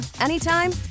anytime